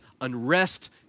unrest